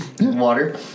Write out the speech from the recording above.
water